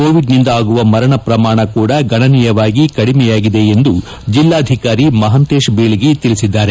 ಕೋವಿಡ್ನಿಂದ ಆಗುವ ಮರಣ ಪ್ರಮಾಣ ಕೂಡ ಗಣನೀಯವಾಗಿ ಕಡಿಮೆಯಾಗಿದೆ ಎಂದು ಜಿಲ್ಲಾಧಿಕಾರಿ ಮಹಾಂತೇಶ ಬೀಳಗಿ ತಿಳಿಸಿದ್ದಾರೆ